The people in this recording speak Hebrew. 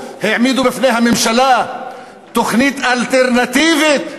העמידו בפני הממשלה תוכנית אלטרנטיבית,